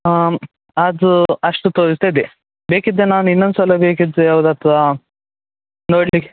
ಹಾಂ ಅದು ಅಷ್ಟು ತೋರಿಸ್ತಾ ಇದೆ ಬೇಕಿದ್ದರೆ ನಾನು ಇನ್ನೊಂದ್ಸಲ ಬೇಕಿದ್ದರೆ ಅವ್ರ ಹತ್ರ ನೋಡ್ಲಿಕ್ಕೆ